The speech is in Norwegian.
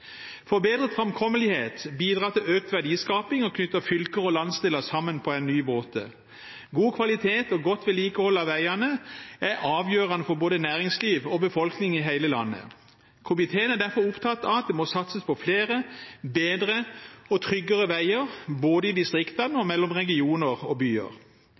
Forbedret framkommelighet bidrar til økt verdiskaping og knytter fylker og landsdeler sammen på en ny måte. God kvalitet og godt vedlikehold av veiene er avgjørende for både næringsliv og befolkning i hele landet. Komiteen er derfor opptatt av at det må satses på flere, bedre og tryggere veier både i distriktene og mellom regioner og byer.